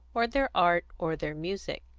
or their art, or their music.